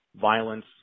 violence